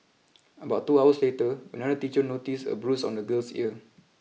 about two hours later another teacher noticed a bruise on the girl's ear